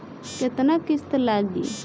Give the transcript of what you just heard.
केतना किस्त लागी?